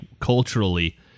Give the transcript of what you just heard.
culturally